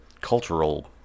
cultural